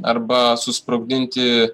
arba susprogdinti